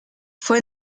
fue